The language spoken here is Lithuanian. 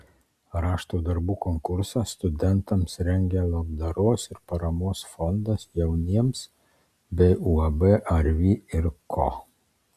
rašto darbų konkursą studentams rengia labdaros ir paramos fondas jauniems bei uab arvi ir ko